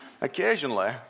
occasionally